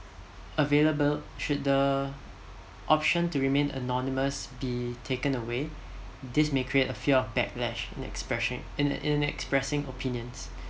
available should the option to remain anonymous be taken away this may create a fear of backlash in expression in in a expressing opinions